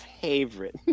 favorite